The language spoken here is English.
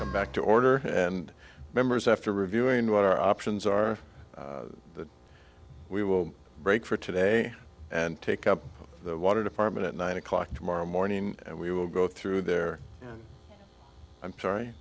come back to order and members after reviewing what our options are that we will break for today and take up the water department at nine o'clock tomorrow morning and we will go through there i'm sorry